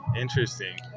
Interesting